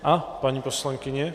A, paní poslankyně.